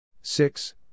six